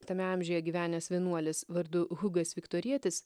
tame amžiuje gyvenęs vienuolis vardu hugas viktorietis